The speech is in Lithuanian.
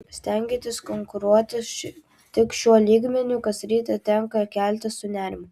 stengiantis konkuruoti tik šiuo lygmeniu kas rytą tenka keltis su nerimu